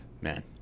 man